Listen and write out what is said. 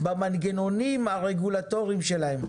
במנגנונים הרגולטוריים שלהם,